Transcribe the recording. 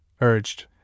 urged